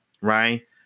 right